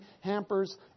hampers